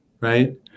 Right